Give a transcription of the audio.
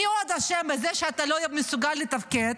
מי עוד אשם בזה שאתה לא מסוגל לתפקד?